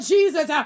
Jesus